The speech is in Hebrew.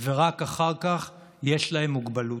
ורק אחר כך יש להם מוגבלות,